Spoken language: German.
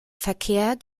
verkehr